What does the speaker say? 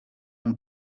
mon